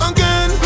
Again